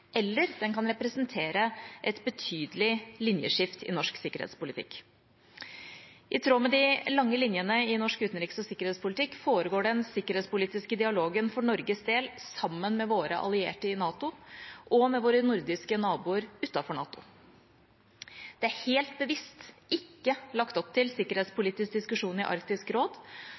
eller den kan representere et betydelig linjeskift i norsk sikkerhetspolitikk. I tråd med de lange linjene i norsk utenriks- og sikkerhetspolitikk foregår den sikkerhetspolitiske dialogen for Norges del sammen med våre allierte i NATO og med våre nordiske naboer utenfor NATO. Det er helt bevisst ikke lagt opp til sikkerhetspolitisk diskusjon i Arktisk råd,